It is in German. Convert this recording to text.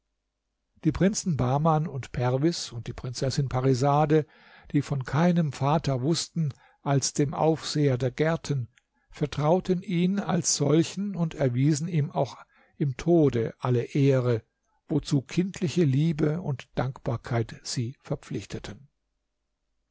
die prinzen bahman und perwis und die prinzessin parisade die von keinem anderen vater wußten als dem aufseher der gärten vertrauten ihn als solchen und erwiesen ihm auch im tode alle ehre wozu kindliche liebe und dankbarkeit sie verpflichteten